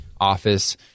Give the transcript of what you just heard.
office